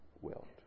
wilt